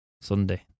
Sunday